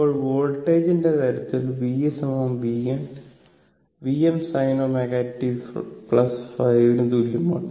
ഇപ്പോൾ വോൾട്ടേജിന്റെ കാര്യത്തിൽ v Vm sinωtϕ ന് തുല്യമാണ്